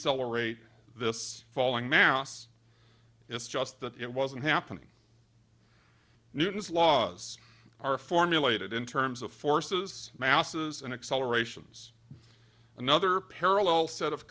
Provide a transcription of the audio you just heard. decelerate this falling mass is just that it wasn't happening newton's laws are formulated in terms of forces masses and accelerations another parallel set of